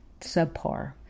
subpar